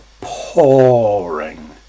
pouring